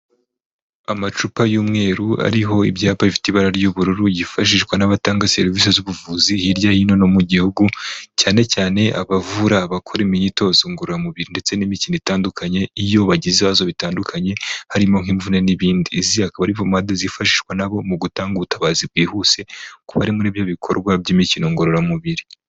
Amacupa y'umweru ariho ibyapa bifite ibara ry'ubururu, byifashishwa n'abatanga serivisi z'ubuvuzi hirya no hino mu gihugu, cyane cyane abavura abakora imyitozo ngororamubiri ndetse n'imikino itandukanye, iyo bagize ibibazo bitandukanye harimo nk'imvune n'ibindi, izi akaba pomade zifashishwa na bo mu gutanga ubutabazi bwihuse, ku bari muri ibyo bikorwa by'imikino ngororamubiri.